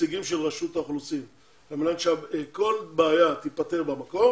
נציגים של רשות האוכלוסין על מנת שכל בעיה תיתפר במקום,